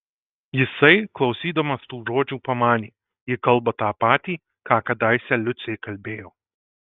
jisai klausydamas tų žodžių pamanė ji kalba ta patį ką kadaise liucė kalbėjo